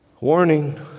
Warning